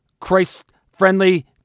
Christ-friendly